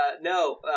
No